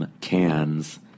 cans